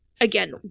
again